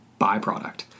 byproduct